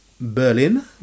Berlin